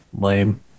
Lame